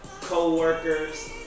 co-workers